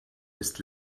ist